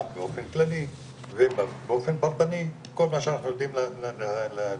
באופן כללי ובאופן פרטני כל מה שאנחנו יודעים לקבל,